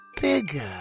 bigger